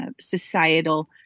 societal